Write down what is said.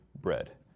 bread